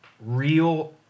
real –